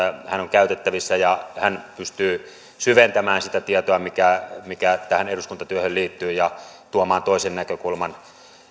hän on käytettävissä ja hän pystyy syventämään sitä tietoa mikä mikä tähän eduskuntatyöhön liittyy ja tuomaan toisen näkökulman